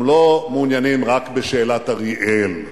הם לא מעוניינים רק בשאלת אריאל,